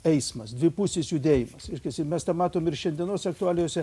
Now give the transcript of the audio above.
eismas dvipusis judėjimas reiškiasi mes tą matom ir šiandienos aktualijose